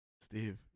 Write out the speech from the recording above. Steve